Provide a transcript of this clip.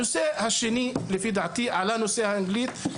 הנושא השני שכבר עלה, נושא האנגלית.